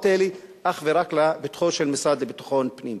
האלה אך ורק לפתחו של המשרד לביטחון הפנים,